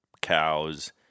cows